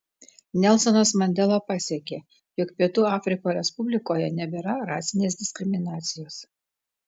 nelsonas mandela pasiekė jog pietų afriko respublikoje nebėra rasinės diskriminacijos